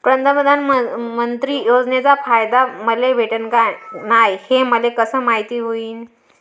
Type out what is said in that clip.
प्रधानमंत्री योजनेचा फायदा मले भेटनं का नाय, हे मले कस मायती होईन?